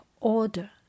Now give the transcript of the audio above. order